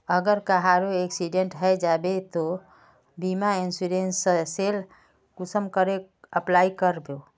अगर कहारो एक्सीडेंट है जाहा बे तो बीमा इंश्योरेंस सेल कुंसम करे अप्लाई कर बो?